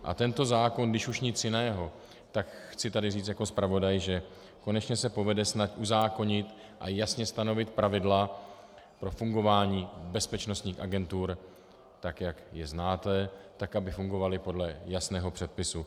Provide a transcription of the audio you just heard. A tento zákon, když už nic jiného, tak chci tady říct jako zpravodaj, že konečně se povede snad uzákonit a jasně stanovit pravidla pro fungování bezpečnostních agentur, tak jak je znáte, tak aby fungovaly podle jasného předpisu.